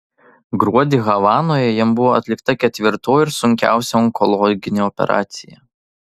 gruodį havanoje jam buvo atlikta ketvirtoji ir sunkiausia onkologinė operacija